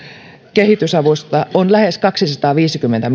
kehitysavusta on lähes kaksisataaviisikymmentä